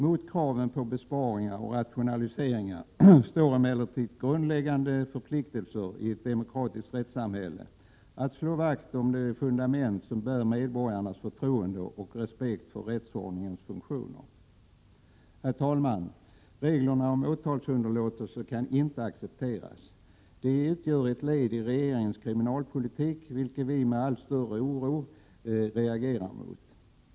Mot kraven på besparingar och rationaliseringar står de grundläggande förpliktelserna i ett demokratiskt rättssamhälle att slå vakt om de fundament som bär upp medborgarnas förtroende och respekt för rättsordningens funktioner. Herr talman! Reglerna om åtalsunderlåtelse kan inte accepteras. De utgör ett led i regeringens kriminalpolitik som vi med allt större oro reagerar mot.